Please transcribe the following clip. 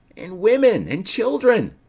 and women, and children.